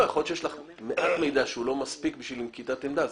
יכול להיות שיש לך מידע שהוא לא מספיק בשביל נקיטת עמדה.